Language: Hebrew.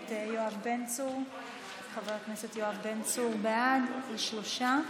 ואת חבר הכנסת יואב בן צור, זה שלושה,